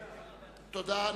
תודה.